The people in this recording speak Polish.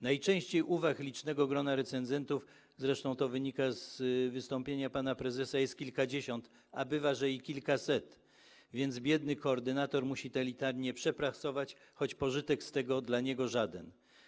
Najczęściej uwag licznego grona recenzentów - zresztą to wynika z wystąpienia pana prezesa - jest kilkadziesiąt, a bywa, że i kilkaset, więc biedny koordynator musi tę litanię przepracować, choć pożytek z tego dla niego żaden.